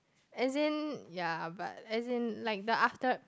as in ya but as in like the after